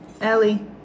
Ellie